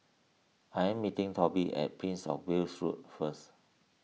I am meeting Toby at Prince of Wales Road first